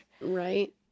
Right